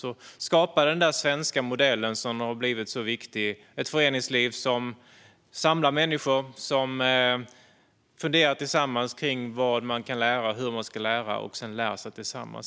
Man skapade den där svenska modellen, som har blivit så viktig, med ett föreningsliv som samlar människor som funderar tillsammans kring vad man kan lära och hur man ska lära och sedan också lär sig tillsammans.